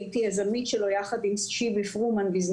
יחד עם שיבי פרומן.